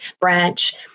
branch